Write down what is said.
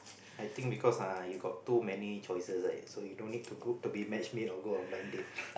I think because uh you got too many choices right so you don't need to go to be match made or go on blind date